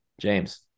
james